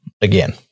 Again